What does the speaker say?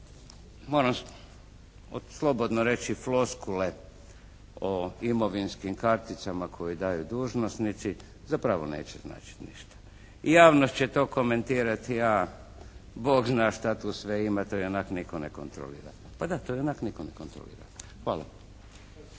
moram slobodno reći, floskule o imovinskim karticama koje daju dužnosnici zapravo neće značiti ništa. I javnost će to komentirati, a Bog zna šta tu sve ima, to i onako nitko ne kontrolira. Pa da, to i onako nitko ne kontrolira. Hvala.